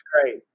great